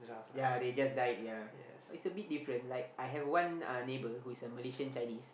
yea they just died yea it's a bit different like I have one uh neighbour who is a Malaysian Chinese